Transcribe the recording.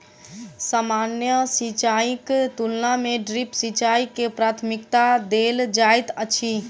सामान्य सिंचाईक तुलना मे ड्रिप सिंचाई के प्राथमिकता देल जाइत अछि